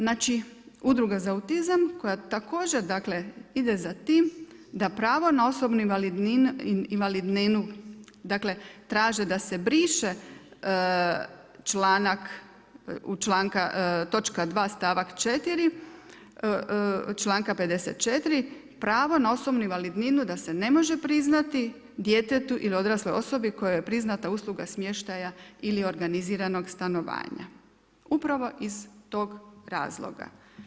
Znači udruga za autizam koja također dakle ide za tim da pravo na osobnu invalidninu, dakle traže da se briše članak, točka 2. stavak 4. članka 54. pravo na osobnu invalidninu da se ne može priznati djetetu ili odrasloj osobi kojoj je priznata usluga smještaja ili organiziranog stanovanja upravo iz tog razloga.